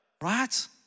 right